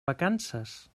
vacances